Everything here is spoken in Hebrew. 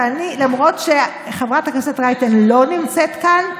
ואני, למרות שחברת הכנסת רייטן לא נמצאת כאן,